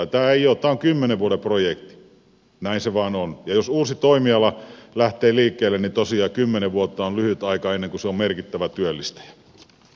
tämä on kymmenen vuoden projekti näin se vain on ja jos uusi toimiala lähtee liikkeelle niin tosiaan kymmenen vuotta on lyhyt aika ennen kuin se on merkittävä työllistäjä